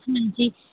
ਹਾਂਜੀ